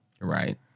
Right